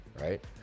right